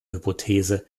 hypothese